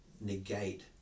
negate